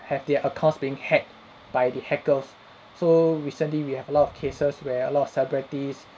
have their accounts being hacked by the hackers so recently we have a lot of cases where a lot of celebrities